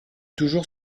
toujours